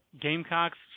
Gamecocks